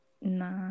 Nah